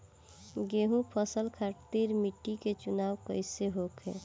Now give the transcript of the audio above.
गेंहू फसल खातिर मिट्टी चुनाव कईसे होखे?